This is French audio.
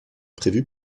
prévue